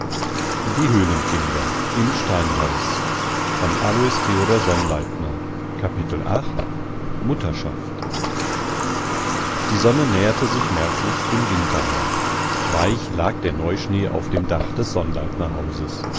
mutterschaft die sonne näherte sich merklich dem winterhorn weich lag der neuschnee auf dem dach des